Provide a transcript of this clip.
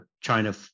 China